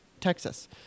Texas